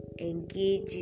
engage